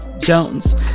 Jones